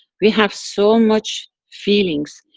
we have so much feelings,